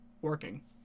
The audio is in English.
working